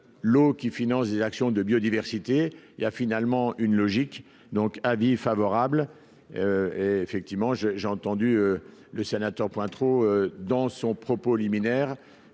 l'eau qui finance des actions de biodiversité, il a finalement une logique donc avis favorable et effectivement je j'ai entendu le sénateur Pointereau dans son propos liminaire,